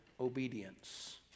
obedience